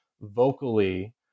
vocally